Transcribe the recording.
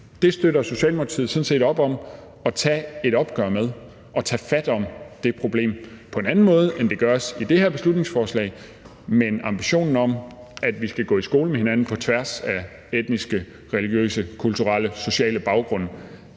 set støtter op om at tage et opgør med det og om at tage fat om det problem på en anden måde, end det gøres i det her beslutningsforslag. Men ambitionen om, at vi skal gå i skole med hinanden på tværs af etniske, religiøse, kulturelle og sociale baggrunde